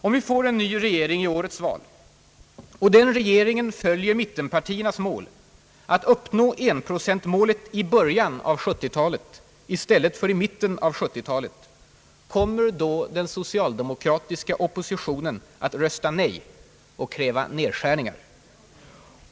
Om det blir en ny regering i årets val och den regeringen följer mittenpartiernas linje att uppnå enprocentmålet i början av 1970-talet i stället för i mitten av 1970-talet: kommer då den social demokratiska oppositionen att rösta nej och kräva nedskärningar?